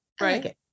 right